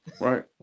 right